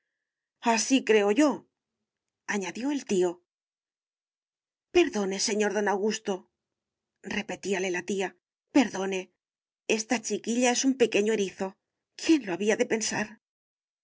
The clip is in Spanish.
así creo yoañadió el tío perdone señor don augustorepetíale la tía perdone esta chiquilla es un pequeño erizo quién lo había de pensar